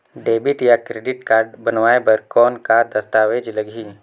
Debit या credit card बनवाय बर कौन का दस्तावेज लगही?